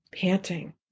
panting